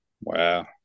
Wow